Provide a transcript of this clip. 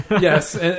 yes